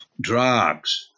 drugs